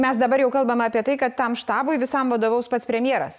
mes dabar jau kalbame apie tai kad tam štabui visam vadovaus pats premjeras